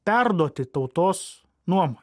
perduoti tautos nuomonę